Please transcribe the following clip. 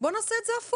בוא נעשה את זה הפוך.